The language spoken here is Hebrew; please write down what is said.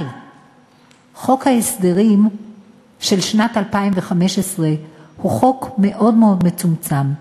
חוק ההסדרים של שנת 2015 הוא חוק מאוד מאוד מצומצם.